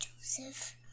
Joseph